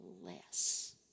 less